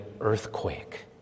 earthquake